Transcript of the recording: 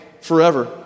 forever